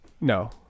No